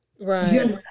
Right